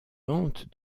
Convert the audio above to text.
lente